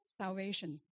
Salvation